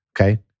okay